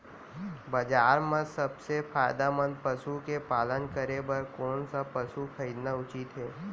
बजार म सबसे फायदामंद पसु के पालन करे बर कोन स पसु खरीदना उचित हे?